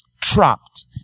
trapped